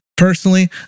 Personally